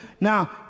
Now